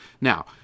Now